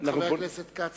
חבר הכנסת כץ,